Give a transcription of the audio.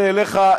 זה אליך,